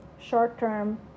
short-term